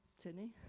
sydney.